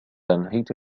أنهيت